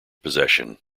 possession